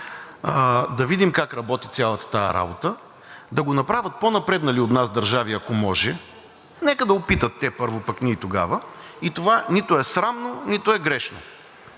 Да видим как работи цялата тази работа. Да го направят по-напреднали от нас държави, ако може. Нека да опитат първо те, пък ние тогава. Това нито е срамно, нито е грешно.